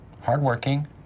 hardworking